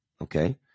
okay